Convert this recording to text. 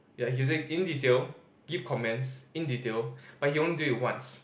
yeah he said in detail give comments in detail but he'll only do it once